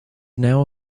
now